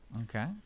Okay